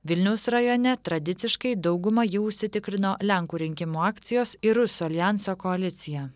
vilniaus rajone tradiciškai daugumą jau užsitikrino lenkų rinkimų akcijos ir rusų aljanso koalicija